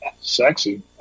Sexy